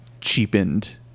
cheapened